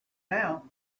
now